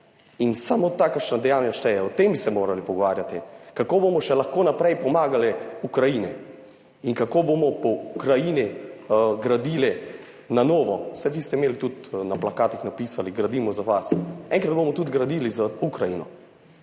In samo takšna dejanja štejejo. O tem bi se morali pogovarjati, kako bomo še lahko naprej pomagali Ukrajini in kako bomo po Ukrajini gradili na novo. Saj vi ste imeli, tudi na plakatih napisali, »Gradimo za vas«. Enkrat bomo tudi gradili z Ukrajino,